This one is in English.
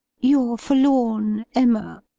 your forlorn emma.